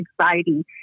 anxiety